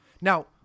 Now